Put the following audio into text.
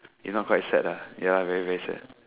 if not quite sad ah ya very very sad